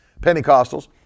Pentecostals